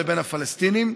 הפלסטינית.